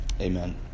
amen